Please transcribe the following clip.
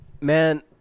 Man